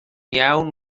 iawn